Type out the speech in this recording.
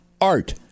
art